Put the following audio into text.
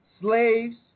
slaves